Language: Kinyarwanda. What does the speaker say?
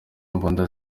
imbunda